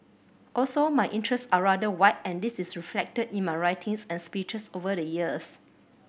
also my interests are rather wide and this is reflected in my writings and speeches over the years